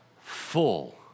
full